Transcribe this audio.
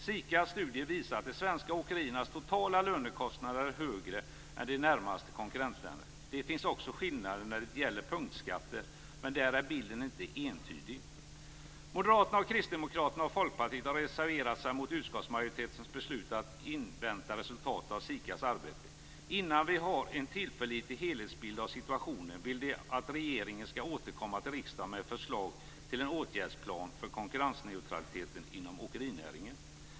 SIKA:s studie visar att de svenska åkeriernas totala lönekostnader är högre än i de närmaste konkurrentländerna. Det finns också skillnader när det gäller punktskatter, men där är bilden inte entydig. Moderaterna, Kristdemokraterna och Folkpartiet har reserverat sig mot utskottsmajoritetens beslut att invänta resultatet av SIKA:s arbete. Innan vi har en tillförlitlig helhetsbild av situationen vill de att regeringen skall återkomma till riksdagen med förslag till en åtgärdsplan för konkurrensneutraliteten inom åkerinäringen.